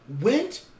went